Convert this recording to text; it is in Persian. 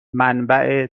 منبع